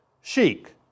chic